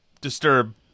disturb